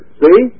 see